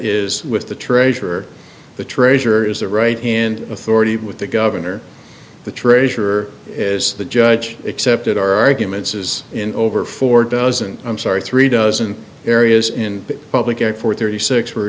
is with the treasurer the treasurer is the right hand authority with the governor the treasurer is the judge accepted our arguments is in over four dozen i'm sorry three dozen areas in public four thirty six where